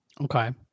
Okay